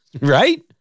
Right